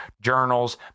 journals